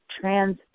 trans